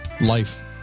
life